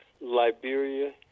Liberia